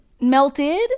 melted